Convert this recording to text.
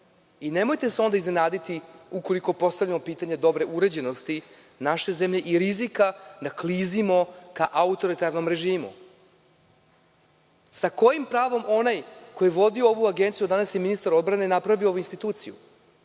Nemojte se onda iznenaditi ukoliko postavimo pitanje dobre uređenosti naše zemlje i rizika da klizimo ka autoritarnom režimu. Sa kojim pravom onaj koji vodi ovu agenciju, a danas je ministar odbrane, je napravio ovu instituciju?